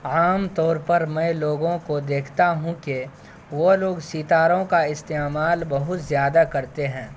عام طور پر میں لوگوں کو دیکھتا ہوں کہ وہ لوگ ستاروں کا استعمال بہت زیادہ کرتے ہیں